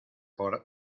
por